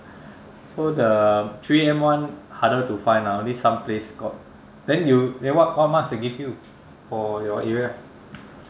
so the three M one harder to find lah only some place got then you then what what mask they give you for your area